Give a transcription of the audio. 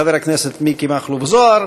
חבר הכנסת מיקי מכלוף זוהר.